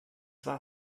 war